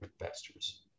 investors